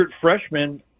freshman